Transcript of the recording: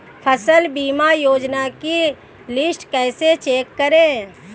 फसल बीमा योजना की लिस्ट कैसे चेक करें?